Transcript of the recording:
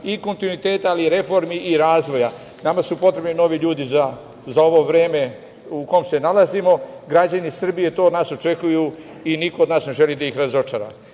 i kontinuiteta, ali i reformi i razvoja. Nama su potrebni novi ljudi za ovo vreme u kom se nalazimo. Građani Srbije to od nas očekuju i niko od nas ne želi da ih razočara.